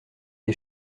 est